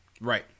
Right